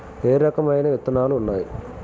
ఏ రకమైన విత్తనాలు ఉన్నాయి?